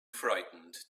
frightened